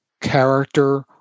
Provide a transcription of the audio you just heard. character